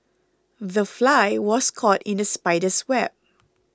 the fly was caught in the spider's web